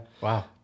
Wow